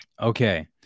Okay